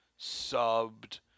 Subbed